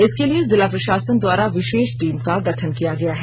इसके लिए जिला प्रशासन द्वारा विशेष टीम का गठन किया गया है